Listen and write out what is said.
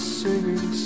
singing